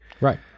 Right